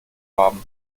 haben